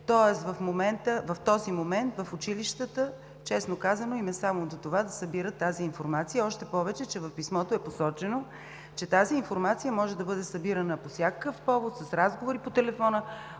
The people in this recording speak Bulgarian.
В този момент в училищата, честно казано, им е само до това да събират тази информация, още повече че в писмото е посочено, че тази информация може да бъде събирана по всякакъв повод – с разговори по телефона